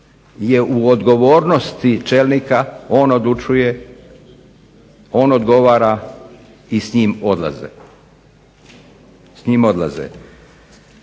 u odgovornosti čelnika, on odlučuje, on odgovara i s njim odlaze.